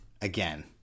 again